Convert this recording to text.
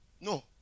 No